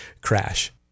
crash